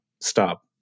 stop